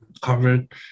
covered